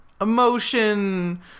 emotion